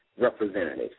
representatives